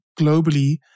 globally